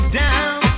down